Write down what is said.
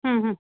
हम्म हम्म